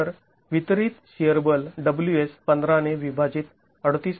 तर वितरित शिअर बल w s १५ ने विभाजित ३८